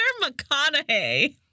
McConaughey